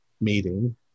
meeting